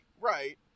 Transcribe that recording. Right